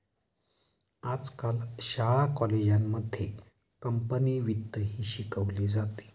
आजकाल शाळा कॉलेजांमध्ये कंपनी वित्तही शिकवले जाते